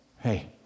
Hey